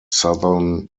southern